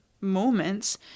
moments